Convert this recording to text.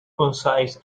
concise